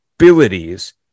Abilities